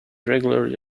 regularly